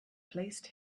placed